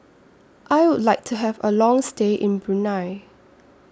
I Would like to Have A Long stay in Brunei